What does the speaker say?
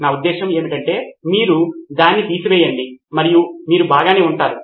నా ఉద్దేశ్యం ఏమిటంటే మీరు దాన్ని తీసివేయండి మరియు మీరు బాగానే ఉంటారు